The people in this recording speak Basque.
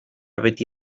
beti